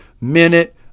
minute